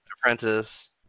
apprentice